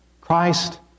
Christ